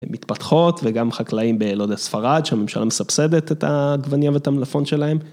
מתפתחות, וגם חקלאים בלא יודע ספרד, שהממשלה מסבסדת את העגבניה ואת המלפפון שלהם.